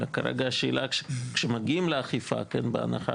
כרגע השאלה היא, כשמגיעים לאכיפה, בהנחה